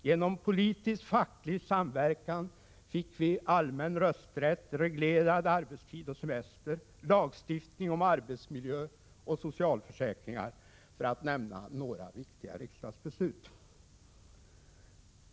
Genom politisk-facklig samverkan fick vi allmän rösträtt, reglerad arbetstid och semester samt lagstiftning om arbetsmiljö och socialförsäkringar — för att nämna några viktiga riksdagsbeslut.